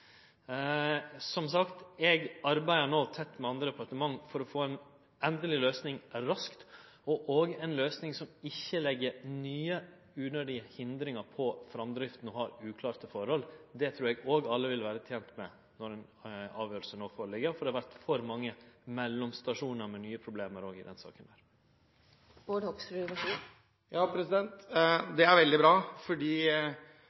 Som sagt: Eg arbeider no tett med andre departement for å få ei endeleg løysing raskt – òg ei løysing som ikkje legg nye, unødige hindringar på framdrifta, og der det er uavklarte forhold. Det trur eg alle vil vere tente med når ei avgjerd føreligg, for det har vore for mange mellomstasjonar med nye problem i denne saka.